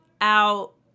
out